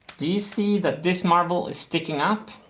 do you see that this marble is sticking up,